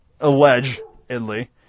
allegedly